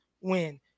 win